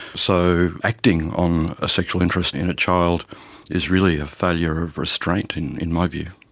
so acting on a sexual interest in a child is really a failure of restraint in in my view.